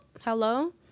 Hello